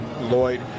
Lloyd